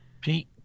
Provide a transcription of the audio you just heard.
Pete